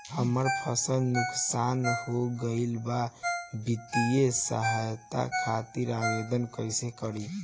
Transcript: हमार फसल नुकसान हो गईल बा वित्तिय सहायता खातिर आवेदन कइसे करी?